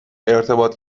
ارتباط